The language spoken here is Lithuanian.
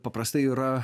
paprastai yra